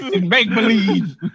make-believe